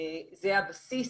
זה הבסיס,